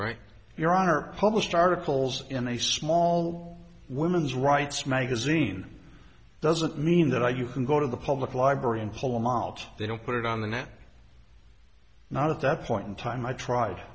right your honor published articles in a small women's rights magazine doesn't mean that i you can go to the public library and hold them alt they don't put it on the net not at that point in time i tried